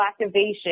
activation